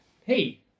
Hey